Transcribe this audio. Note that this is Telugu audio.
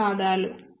ధన్యవాదాలు